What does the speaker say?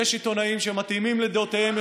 יש עיתונאים שמתאימים לדעותיהם,